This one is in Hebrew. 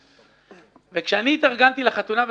כאשר התארגנתי לחתונה,